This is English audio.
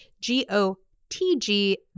G-O-T-G